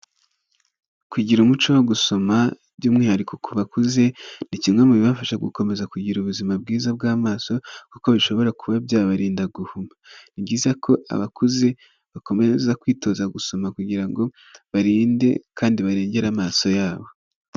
kugira umuco wo gusoma by'umwihariko ku bakuze ni kimwe mu bibafasha gukomeza kugira ubuzima bwiza bw'amaso kuko bishobora kuba byabarinda guhuma, ni byiza ko abakuze bakomeza kwitoza gusoma kugirango barinde kandi barengere amaso yabo.